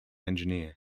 engineer